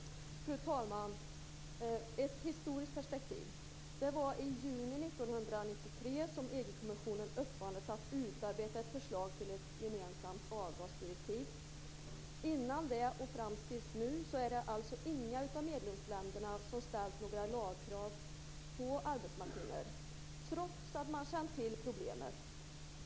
Fru talman! Ett historiskt perspektiv: Det var i juni 1993 som EG-kommissionen uppmanades att utarbeta ett förslag till ett gemensamt avgasdirektiv. Innan dess och fram till nu är det alltså inget av medlemsländerna som ställt några lagkrav beträffande arbetsmaskiner, trots att man har känt till problemet.